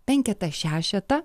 penketą šešetą